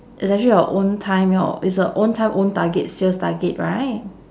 it's actually your own time your it's a own time own target sales target right